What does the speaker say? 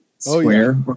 square